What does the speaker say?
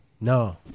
No